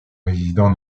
résident